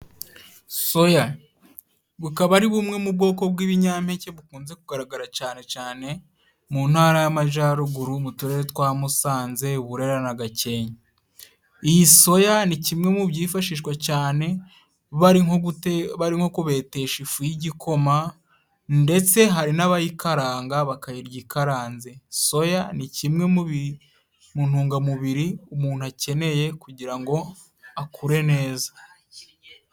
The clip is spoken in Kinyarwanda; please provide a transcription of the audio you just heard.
Soya bukaba ari bumwe mu bwoko bw'ibinyampeke bukunze kugaragara cane cane mu ntara y'amajaruguru mu turere twa Musanze Burera na Gakenke iyi soya ni kimwe mu byifashishwa cyane bari barimo kubetesha ifu y'igikoma ndetse hari n'abayikaranga bakayirya ikaranze soya ni kimwe mu ntungamubiri umuntu akeneye kugira ngo akure neza.